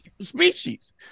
species